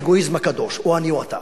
של האגואיזם הקדוש: או אני או אתה.